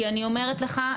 אני אומרת לך,